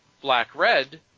Black-Red